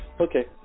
okay